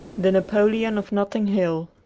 the napoleon of notting hill